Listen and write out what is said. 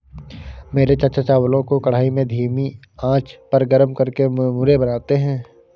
मेरे चाचा चावलों को कढ़ाई में धीमी आंच पर गर्म करके मुरमुरे बनाते हैं